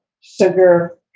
sugar